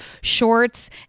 shorts